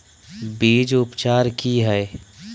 बीज उपचार कि हैय?